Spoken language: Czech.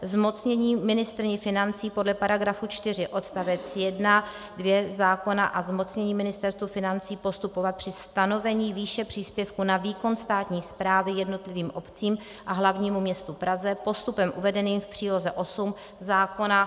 F. Zmocnění ministryni financí podle § 4 odst. 1, 2 zákona a zmocnění Ministerstvu financí postupovat při stanovení výše příspěvku na výkon státní správy jednotlivým obcím a hlavnímu městu Praze postupem uvedeným v příloze 8 zákona ;